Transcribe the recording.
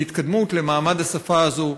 בהתקדמות במעמד השפה הזאת,